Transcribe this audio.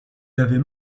avaient